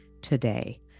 today